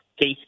Case